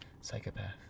psychopath